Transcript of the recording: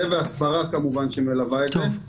זה והסברה כמובן שמלווה את זה.